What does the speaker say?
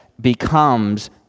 becomes